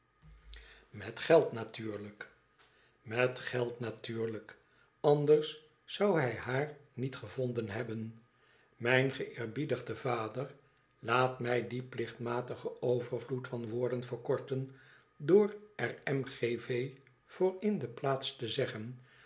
met geld natuurlijk met geld natuurlijk anders zou hij haar niet gevonden hebben mijn geëerbiedigde vader laat mij dien plichtmatigen overvloed van woorden verkorten door er m g v voorin plaats te zeggen